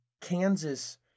Kansas